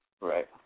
right